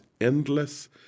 endless